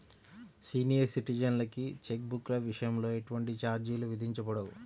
senior సిటిజన్లకి cheque బుక్ల విషయంలో ఎటువంటి ఛార్జీలు విధించబడవు